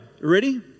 Ready